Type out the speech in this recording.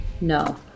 No